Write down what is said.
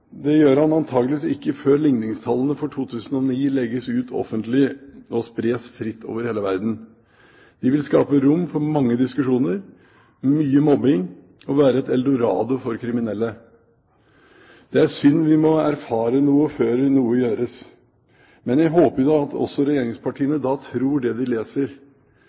Det gjør han antageligvis ikke før ligningstallene for 2009 legges ut offentlig og spres fritt over hele verden. De vil skape rom for mange diskusjoner, mye mobbing og være et eldorado for kriminelle. Det er synd vi må erfare noe før noe gjøres. Men jeg håper jo at også regjeringspartiene da tror det de leser.